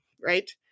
right